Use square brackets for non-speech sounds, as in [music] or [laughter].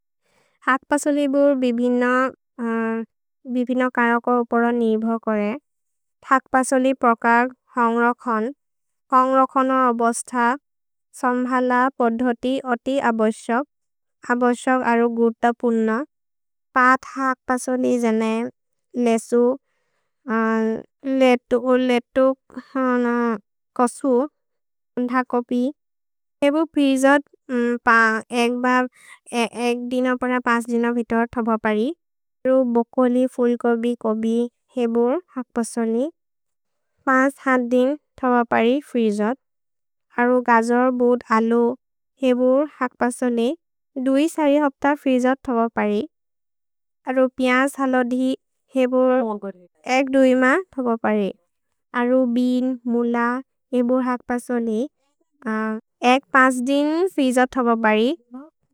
हṭपसलि बुर् बिबिन करक उपर निभ करे। थक्पसलि प्रकर् हṅरखन्। हṅरखन अबस्थ सम्भल पद्धोति अति अबस्यग अबस्यग अरु गुर्त पुन। पă थक्पसलि जने लेसु लेत्तु [hesitation] कसुर् धकोपि। हेबु फ्रीजत् [hesitation] एक् दिन पर दिन वितर् थभ परि। अरु बोकोलि, फुल्कबि, कबि हेबु हक् पसलि। दिन् थभ परि फ्रीजत्। अरु गजर्, बोद्, अलो हेबु हक् पसलि। हप्त फ्रीजत् थभ परि। अरु पियस्, हलदि हेबु एक् इम थभ परि। अरु बेअन्, मुल हेबु हक् पसलि। एक् दिन् फ्रीजत् थभ परि।